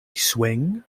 swing